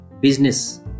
business